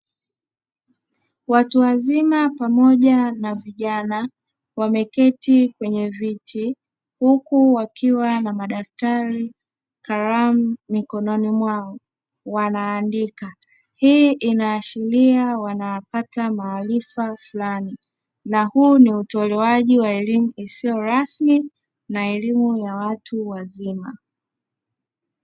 Watu wazima pamoja na vijana wameketi kwenye viti huku wakiwa na madaftari, karamu mikononi mwao wanaandika, hii inaashiria wanapata maarifa fulani na huu ni utolewaji wa elimu isiyo rasmi na elimu ya watu wazima.